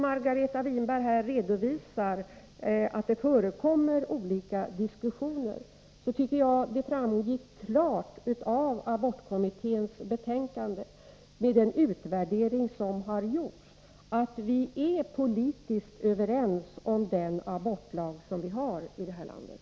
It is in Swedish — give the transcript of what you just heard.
Margareta Winberg redovisar visserligen att det förekommer olika diskussioner i frågan, men det framgick klart av abortkommitténs betänkande och den utvärdering som har gjorts att vi politiskt är överens om den abortlag som vi har här i landet.